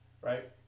right